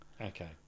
Okay